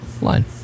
line